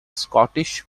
scottish